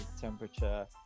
temperature